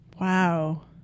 Wow